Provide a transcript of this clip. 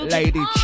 Lady